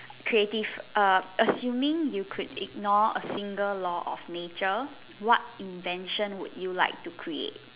creative uh assuming you could ignore a single law of nature what invention would you like to create